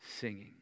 singing